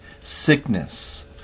sickness